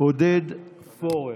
עודד פורר.